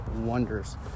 wonders